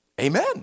Amen